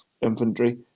infantry